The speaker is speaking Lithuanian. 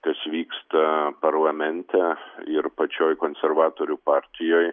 kas vyksta parlamente ir pačioj konservatorių partijoj